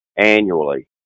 annually